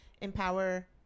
empower